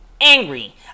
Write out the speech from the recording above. angry